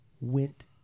went